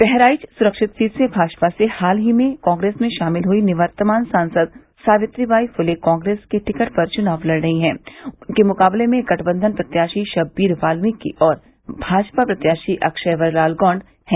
बहराइच सुरक्षित सीट से भाजपा से हाल में ही कांग्रेस में शामिल हई निवर्तमान सांसद सावित्रीबाई फूले कांग्रेस के टिकट पर चुनाव लड़ रही है उनके मुकाबले में गठबंधन प्रत्याशी शब्बीर बाल्मीकि और भाजपा प्रत्याशी अक्षयवर लाल गौंड हैं